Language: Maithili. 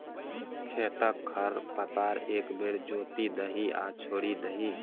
खेतक खर पतार एक बेर जोति दही आ छोड़ि दही